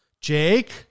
Jake